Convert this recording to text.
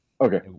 okay